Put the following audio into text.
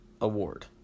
award